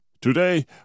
Today